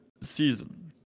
season